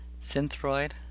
Synthroid